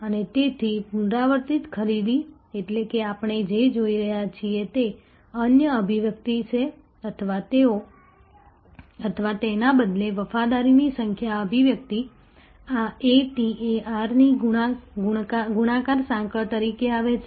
અને તેથી પુનરાવર્તિત ખરીદી એટલે કે આપણે જે જોઈ રહ્યા છીએ તે અન્ય અભિવ્યક્તિ છે અથવા તેના બદલે વફાદારીની સંખ્યા અભિવ્યક્તિ આ A T A R ની ગુણાકાર સાંકળ તરીકે આવે છે